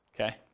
Okay